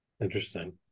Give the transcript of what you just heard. Interesting